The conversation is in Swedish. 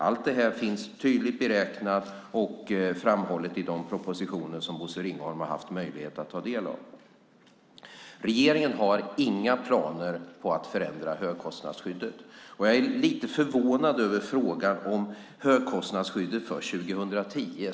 Allt detta finns tydligt beräknat och framhållet i de propositioner som Bosse Ringholm har haft möjlighet att ta del av. Regeringen har inga planer på att förändra högkostnadsskyddet. Jag är lite förvånad över frågan om högkostnadsskyddet för 2010.